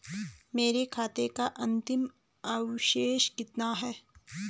मेरे खाते का अंतिम अवशेष कितना है?